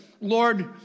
Lord